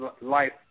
life